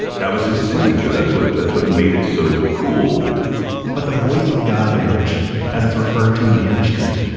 that was his signature, that's what that's what made it so cool but the voice of god narration, as it's referred to in the industry,